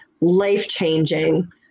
life-changing